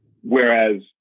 Whereas